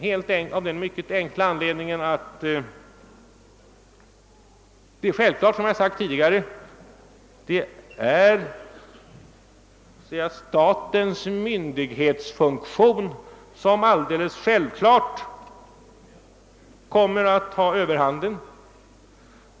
Som jag tidigare har sagt kommer själv fallet statens myndighetsfunktion att ta överhanden.